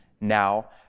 now